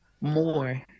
more